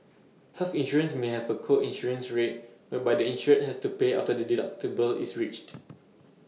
health insurance may have A co insurance rate whereby the insured has to pay after the deductible is reached